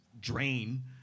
drain